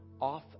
off